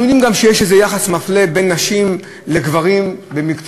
אנחנו יודעים גם שיש איזה יחס מפלה בין נשים לגברים במקצועות,